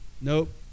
nope